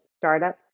startups